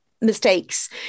mistakes